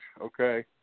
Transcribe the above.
okay